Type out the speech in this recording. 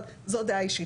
אבל זו דעתי.